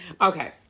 Okay